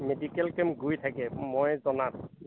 medical camp গৈ থাকে মই জনাত